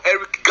Eric